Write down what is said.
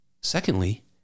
Secondly